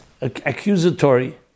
accusatory